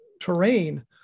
terrain